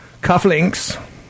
cufflinks